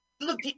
look